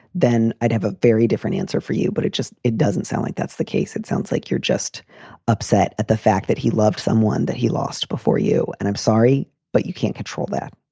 then i'd have a very different answer for you. but it just it doesn't sound like that's the case. it sounds like you're just upset at the fact that he loved someone that he lost before you. and i'm sorry, but you can't control that.